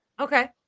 Okay